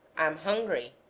am hungry